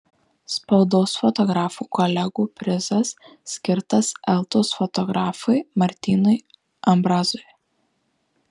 spaudos fotografų kolegų prizas skirtas eltos fotografui martynui ambrazui